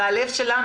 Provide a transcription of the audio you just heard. זה הלב שלנו,